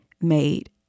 made